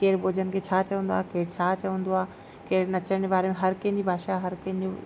केरु भोॼन खे छा चवंदो आहे केरु छा चवंदो आहे केरु नचण जे बारे में हर कंहिंजी भाषा हर कंहिंजो